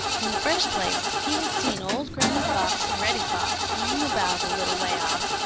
in the first place, he had seen old granny fox and reddy fox hanging about a little way off,